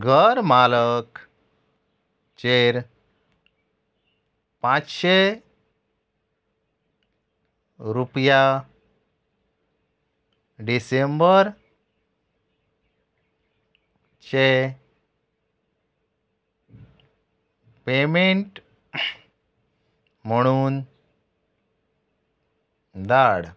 घरमालकचेर पांचशे रुपया डिसेंबरचें पेमेंट म्हणून धाड